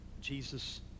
Jesus